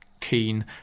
keen